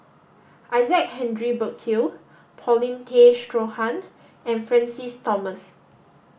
Isaac Henry Burkill Paulin Tay Straughan and Francis Thomas